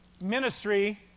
ministry